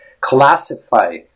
classify